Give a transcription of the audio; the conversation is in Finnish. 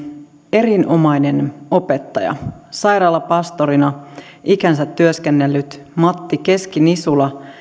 erinomainen opettaja sairaalapastorina ikänsä työskennellyt matti keski nisula